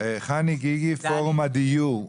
דני גיגי מפורום הדיור.